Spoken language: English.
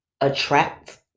attract